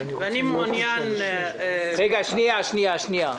ואני מעוניין --- רגע, שנייה, שנייה.